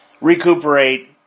recuperate